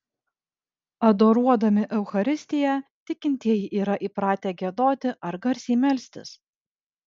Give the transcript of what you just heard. adoruodami eucharistiją tikintieji yra įpratę giedoti ar garsiai melstis